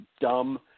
dumb